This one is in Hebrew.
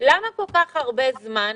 למה כל כך הרבה זמן?